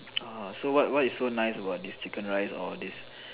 orh so what what is so nice about this chicken rice or this